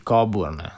Coburn